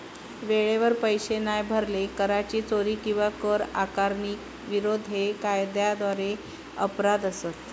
वेळेवर पैशे नाय भरले, कराची चोरी किंवा कर आकारणीक विरोध हे कायद्याद्वारे अपराध असत